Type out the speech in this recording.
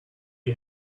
you